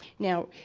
now,